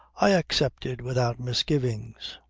i accepted without misgivings.